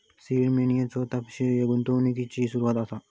seed मनीचा तात्पर्य गुंतवणुकिची सुरवात असा